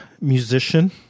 musician